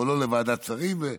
אבל לא לוועדת שרים.